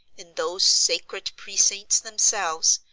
in those sacred precincts themselves,